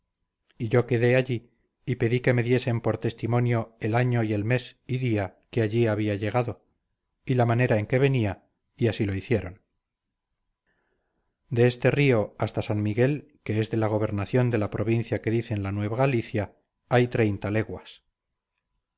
y yo quedé allí y pedí que me diesen por testimonio el año y el mes y día que allí había llegado y la manera en que venía y así lo hicieron de este río hasta san miguel que es de la gobernación de la provincia que dicen la nueva galicia hay treinta leguas